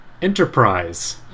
enterprise